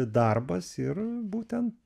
darbas ir būten